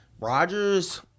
Rodgers